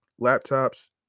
laptops